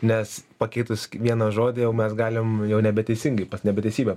nes pakeitus vieną žodį jau mes galim jau nebe teisingai pas nebe teisybę